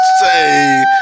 Say